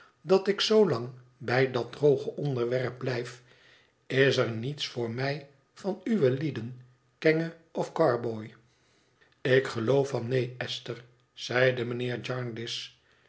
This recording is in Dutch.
dat ik zoolang bij dat droge onderwerp blijf is er niets voor mij van uwe lieden kenge en carboy ik geloof van neen esther zeide mijnheer